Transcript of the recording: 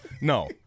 no